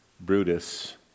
Brutus